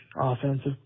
offensive